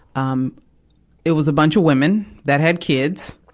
um it was a bunch of women that had kids.